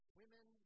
women